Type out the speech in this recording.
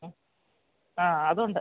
ആ ആ അതുണ്ട്